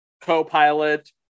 co-pilot